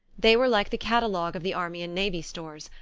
they were like the cata logue of the army and navy stores,